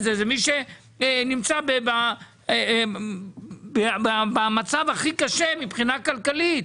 זה זה מי שנמצא במצב הכי קשה מבחינה כלכלית.